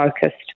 focused